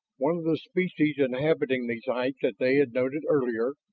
one of the species inhabiting these heights, as they had noted earlier,